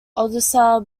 odessa